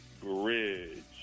Bridge